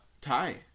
tie